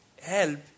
help